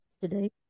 today